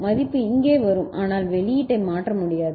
மதிப்பு இங்கே வரும் ஆனால் அது வெளியீட்டை மாற்ற முடியாது